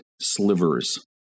slivers